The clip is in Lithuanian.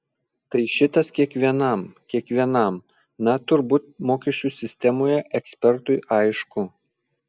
tai šitas kiekvienam kiekvienam na turbūt mokesčių sistemoje ekspertui aišku